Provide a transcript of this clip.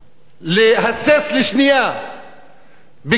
שני המשטרים הם משרתים נרצעים של האינטרסים האמריקניים באזור,